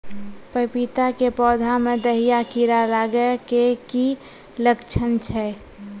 पपीता के पौधा मे दहिया कीड़ा लागे के की लक्छण छै?